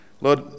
Lord